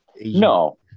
no